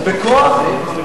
בכוח?